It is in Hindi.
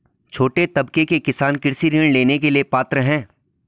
छोटे तबके के किसान कृषि ऋण के लिए पात्र हैं?